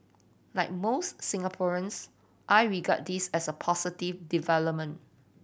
like most Singaporeans I regard this as a positive development